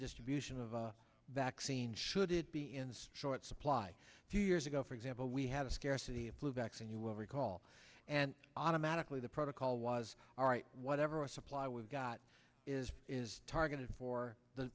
distribution of vaccine should it be in the short supply two years ago for example we had a scarcity of flu vaccine you will recall and automatically the protocol was all right whatever supply we've got is targeted for the